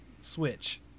Switch